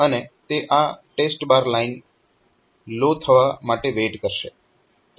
અને તે આ TEST લાઇન લો થવા માટે વેઇટ કરશે